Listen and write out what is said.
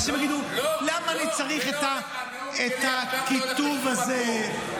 אנשים יגידו: למה אני צריך את הקיטוב הזה?